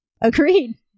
Agreed